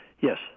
Yes